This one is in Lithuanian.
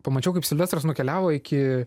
pamačiau kaip silvestras nukeliavo iki